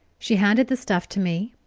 she handed the stuff to me,